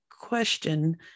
question